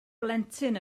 blentyn